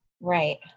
Right